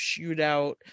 shootout